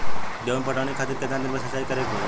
गेहूं में पटवन खातिर केतना दिन पर सिंचाई करें के होई?